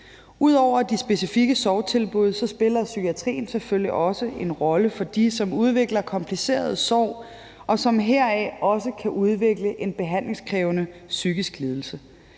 Ud over de specifikke sorgtilbud spiller psykiatrien selvfølgelig også en rolle for dem, der udvikler kompliceret sorg, og som heraf også kan udvikle en behandlingskrævende psykisk lidelse.